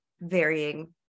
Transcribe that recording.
varying